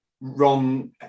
wrong